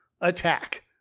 attack